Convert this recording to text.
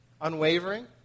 Unwavering